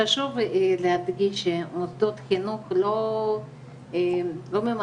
חשוב להדגיש שמוסדות חינוך לא ממהרים